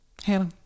Hannah